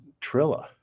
Trilla